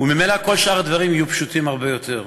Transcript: וממילא כל שאר הדברים יהיו פשוטים הרבה יותר.